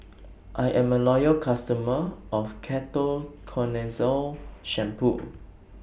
I'm A Loyal customer of Ketoconazole Shampoo